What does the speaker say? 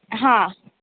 ہاں